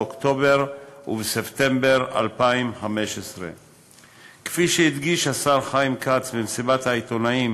באוקטובר ובספטמבר 2015. כפי שהדגיש השר חיים כץ במסיבת העיתונאים